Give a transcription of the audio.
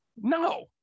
No